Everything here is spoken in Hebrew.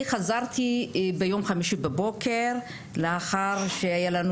אני חזרתי ביום חמישי בבוקר לאחר שהיה לנו